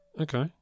Okay